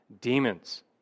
demons